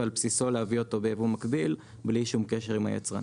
ועל בסיסו להביא אותו ביבוא מקביל בלי שום קשר עם היצרן.